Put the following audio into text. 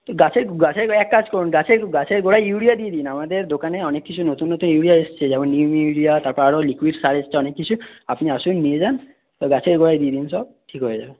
গাছের গাছের গোরায় এক কাজ করুন গাছের গাছের গোড়ায় ইউরিয়া দিয়ে দিন আমাদের দোকানে অনেক কিছু নতুন নতুন ইউরিয়া এসেছে যেমন নিউ ইউরিয়া তারপর আরও লিকুইড সার এসেছে অনেক কিছু আপনি আসুন নিয়ে যান গাছের গোড়ায় দিয়ে দিন সব ঠিক হয়ে যাবে